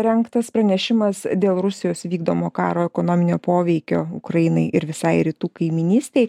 rengtas pranešimas dėl rusijos vykdomo karo ekonominio poveikio ukrainai ir visai rytų kaimynystei